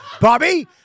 Bobby